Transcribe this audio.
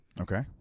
Okay